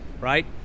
Right